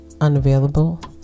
unavailable